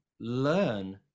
learn